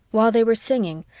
while they were singing,